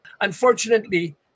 Unfortunately